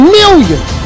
millions